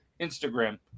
Instagram